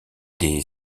des